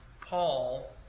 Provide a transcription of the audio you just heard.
Paul